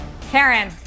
Karen